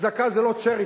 צדקה זה לא charity,